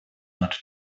not